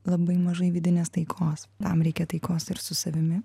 labai mažai vidinės taikos tam reikia taikos ir su savimi